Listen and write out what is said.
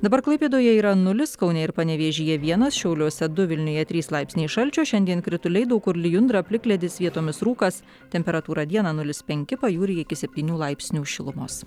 dabar klaipėdoje yra nulis kaune ir panevėžyje vienas šiauliuose du vilniuje trys laipsniai šalčio šiandien krituliai daug kur lijundra plikledis vietomis rūkas temperatūra dieną mulis penki pajūryje iki septynių laipsnių šilumos